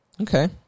Okay